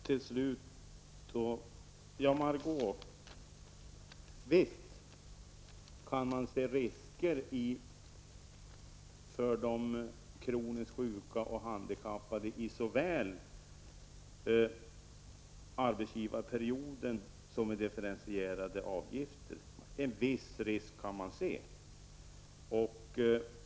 Till Margó Ingvardsson vill jag säga att man naturligtvis kan se en viss risk för de kroniskt sjuka och de handikappade såväl när det gäller arbetsgivarperioden som differentierade arbetsgivaravgifter.